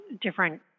different